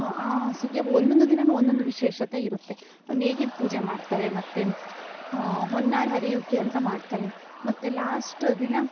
ಆ ಸುಗ್ಗಿ ಹಬ್ಬ ಒಂದೊಂದು ದಿನನೂ ಒಂದೊಂದು ವಿಶೇಷತೆ ಇರುತ್ತೆ ನೇಗಿಲು ಪೂಜೆ ಮಾಡ್ತಾರೆ ಮತ್ತು ಹೊನ್ನಾರು ಹರಿಯುವಿಕೆ ಅಂತ ಮಾಡ್ತಾರೆ ಮತ್ತು ಲಾಸ್ಟ್ ದಿನ